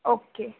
okay